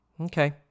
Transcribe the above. Okay